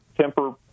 temper